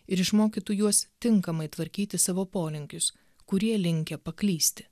ir išmokytų juos tinkamai tvarkyti savo polinkius kurie linkę paklysti